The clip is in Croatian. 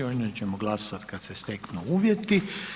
O njoj ćemo glasovati kad se steknu uvjeti.